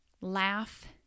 Laugh